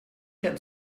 that